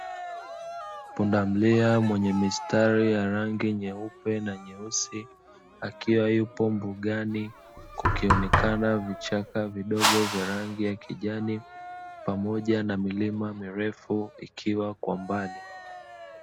Pundamilia mwenye mistari ya rangi nyeupe na nyeusi akiwa yupo mbugani, kukionekana vichaka vidogo vya rangi ya kijani, pamoja na milima mirefu ikiwa kwa mbali.